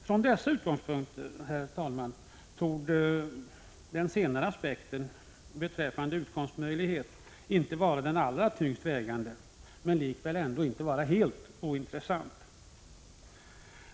Från dessa utgångspunkter, herr talman, torde den senare aspekten, den beträffande utkomstmöjligheter, inte vara den allra tyngst vägande men likväl inte helt ointressant.